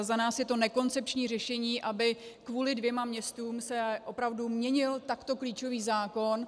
Za nás je to nekoncepční řešení, aby kvůli dvěma městům se opravdu měnil takto klíčový zákon.